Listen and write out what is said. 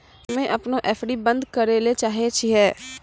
हम्मे अपनो एफ.डी बन्द करै ले चाहै छियै